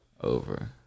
Over